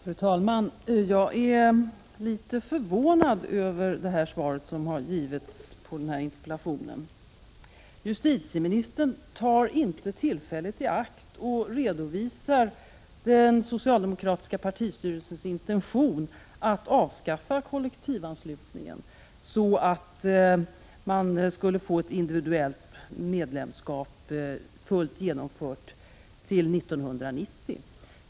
Fru talman! Jag är litet förvånad över det svar som har getts på interpellationen. Justitieministern tar inte tillfället i akt att redovisa den socialdemokratiska partistyrelsens intention att avskaffa kollektivanslutningen, så att man skulle få ett individuellt medlemskap fullt genomfört till 1990.